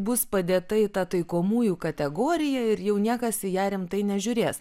bus padėta į tą taikomųjų kategoriją ir jau niekas į ją rimtai nežiūrės